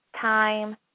time